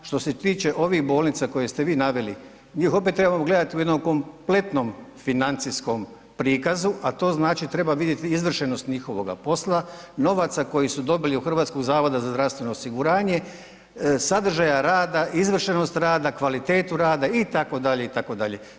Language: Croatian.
Što se tiče ovih bolnica koje ste vi naveli, njih opet trebamo gledati u jednom kompletnom financijskom prikazu, a to znači treba vidjeti izvršenost njihovoga posla, novaca koji su dobili od HZZO-a, sadržaja rada, izvršenost rada, kvalitetu rada itd., itd.